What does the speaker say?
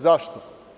Zašto?